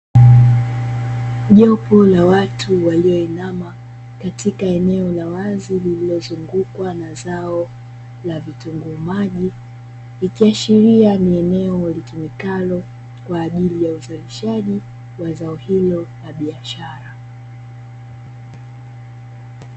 Jopo la watu walioinama katika eneo la wazi lililozungukwa na zao la vitunguu maji, ikaashiria ni eneo litumikalo kwa ajili ya uzalishaji wa zao hilo la biashara.